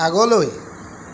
আগলৈ